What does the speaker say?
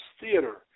Theater